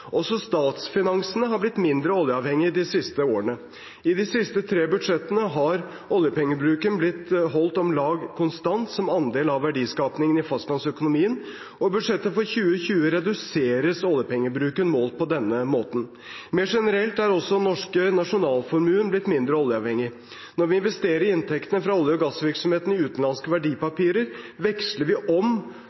Også statsfinansene er blitt mindre oljeavhengig de siste årene. I de siste tre budsjettene er oljepengebruken blitt holdt om lag konstant som andel av verdiskapingen i fastlandsøkonomien, og i budsjettet for 2020 reduseres oljepengebruken målt på denne måten. Mer generelt er også den norske nasjonalformuen blitt mindre oljeavhengig. Når vi investerer inntektene fra olje- og gassvirksomheten i utenlandske verdipapirer, veksler vi om